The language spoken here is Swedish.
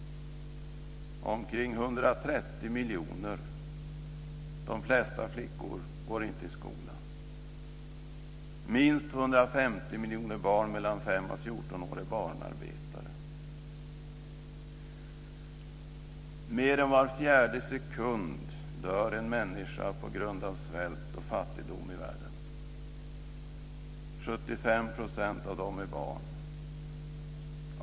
Omkring 130 miljoner, de flesta flickor, går inte i skolan. Minst 150 miljoner barn mellan 5 och 14 år är barnarbetare. Mer än var fjärde sekund dör en människa på grund av svält och fattigdom i världen. 75 % av dessa är barn.